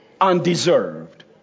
undeserved